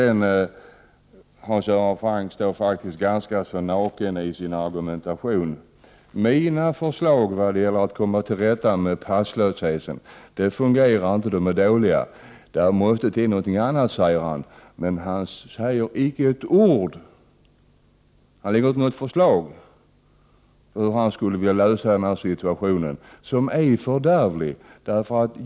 Hans Göran Franck står ganska naken i sin argumentation. Han säger att mina förslag för att komma till rätta med passlösheten inte fungerar och är dåliga. Han säger att det måste till någonting annat. Men han säger inte ett ord om och lägger inte fram något förslag beträffande hur situationen skall lösas. Situationen är fördärvlig.